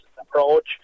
approach